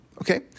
okay